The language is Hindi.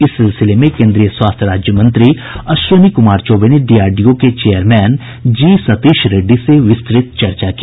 इस सिलसिले में केन्द्रीय स्वास्थ्य राज्य मंत्री अश्विनी कुमार चौबे ने डीआरडीओ के chairman G Satish Reddy से विस्त्रत चर्चा की